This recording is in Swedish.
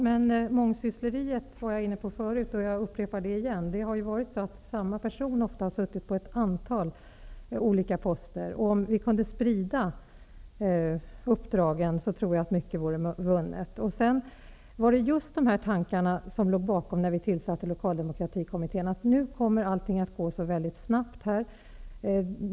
Herr talman! Jag var tidigare inne på mångsyssleriet, och jag vill återigen upprepa att samma person ofta har innehaft ett antal olika poster. Om uppdragen kunde spridas, vore nog mycket vunnet. Det var just dessa tankar som låg bakom tillsättandet av Lokaldemokratikommittén, dvs. att utvecklingen nu kommer att gå mycket snabbt.